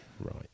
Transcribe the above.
right